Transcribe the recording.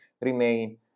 remain